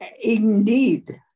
Indeed